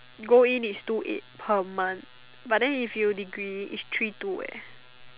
go in is two eight per month but then if you degree is three two eh